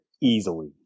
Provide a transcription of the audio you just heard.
easily